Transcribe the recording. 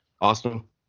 Awesome